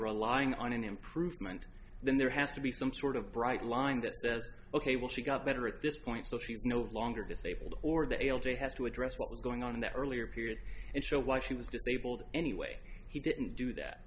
a lying on an improvement then there has to be some sort of bright line that says ok well she got better at this point so she's no longer disabled or the l j has to address what was going on in the earlier period and show why she was disabled anyway he didn't do that